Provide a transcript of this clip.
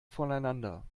voneinander